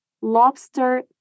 lobster